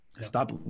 Stop